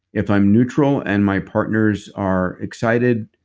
if i'm neutral and my partners are excited,